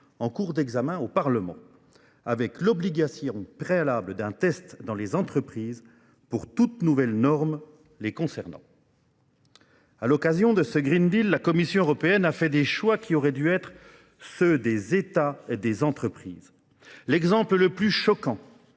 en cours d'examen au Parlement, avec l'obligation préalable d'un test dans les entreprises pour toutes nouvelles normes les concernant. À l'occasion de ce Green Deal, la Commission européenne a fait des choix qui auraient dû être ceux des États et des entreprises. L'exemple le plus choquant